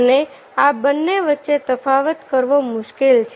અને આ બંને વચ્ચે તફાવત કરવો મુશ્કેલ છે